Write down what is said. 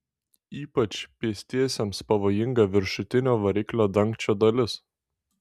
ypač pėstiesiems pavojinga viršutinio variklio dangčio dalis